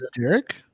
Derek